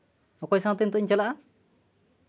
ᱚᱠᱚᱭ ᱥᱟᱶᱛᱮ ᱱᱤᱛᱚᱜ ᱤᱧ ᱪᱟᱞᱟᱜᱼᱟ